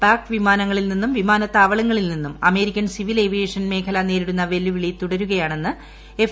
പാക് പ്രിമീാനങ്ങളിൽ നിന്നും വിമാനത്താവളങ്ങളിൽ നിന്നും അമ്മേരിക്ക്ൻ സിവിൽ ഏവിയേഷൻ മേഖല നേരിടുന്ന വെല്ലുവിളി പ്രത്യുടരുകയാണെന്ന് എഫ്